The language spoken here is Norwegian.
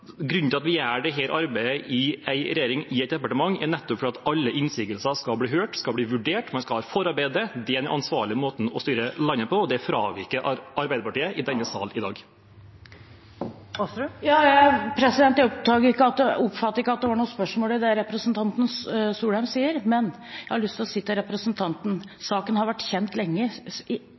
Grunnen til at vi gjør dette arbeidet i regjeringen, i et departement, er nettopp at alle innsigelser skal bli hørt og bli vurdert. Man skal ha forarbeider. Det er den ansvarlige måten å styre landet på, og det fraviker Arbeiderpartiet i denne sal i dag. Jeg oppfattet ikke at det var noe spørsmål i det representanten Soleim sa. Men jeg har lyst til å si til representanten: Saken har vært kjent lenge